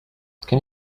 can